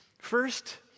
first